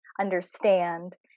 Understand